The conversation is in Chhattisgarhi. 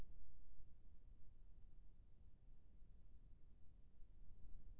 खाता होल्ड हे ता के.वाई.सी फार्म भरे भरे बर पड़ही?